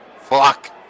fuck